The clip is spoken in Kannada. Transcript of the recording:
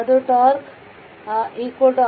ಅದು τ RC